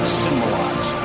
symbolize